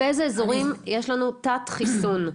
באיזה אזורים יש לנו תת חיסון?